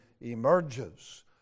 emerges